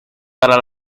para